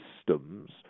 systems